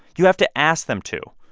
you have to ask them to.